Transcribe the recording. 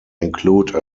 include